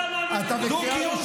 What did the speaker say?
אתה לא מאמין בדו-קיום.